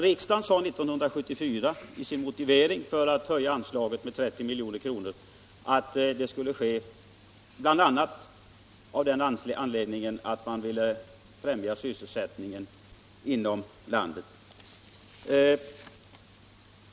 Riksdagen uttalade 1974 i sin motivering för att då höja anslaget med 30 milj.kr. att det bl.a. skulle främja sysselsättningen inom landet.